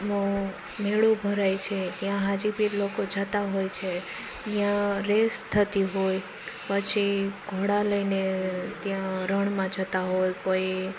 ત્યાંનો મેળો ભરાય છે ત્યાં હાજીપીર લોકો જાતા હોય છે યા રેસ થતી હોય પછી ઘોડા લઈને ત્યાં રણમાં જતા હોય કોઇ